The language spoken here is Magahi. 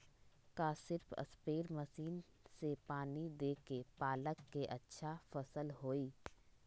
का सिर्फ सप्रे मशीन से पानी देके पालक के अच्छा फसल होई?